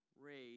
raise